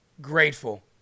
grateful